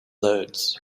loads